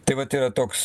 tai vat yra toks